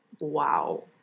Wow